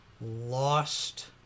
lost